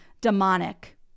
demonic